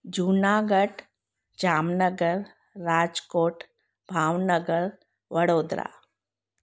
Junagadh Jamnagar Rajkot Bhavnagar Vadodara